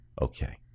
Okay